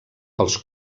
pels